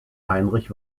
heinrich